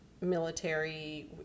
military